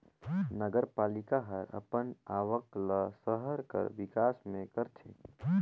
नगरपालिका हर अपन आवक ल सहर कर बिकास में करथे